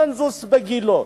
שבקונסנזוס בגילה.